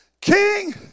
King